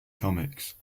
comics